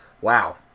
Wow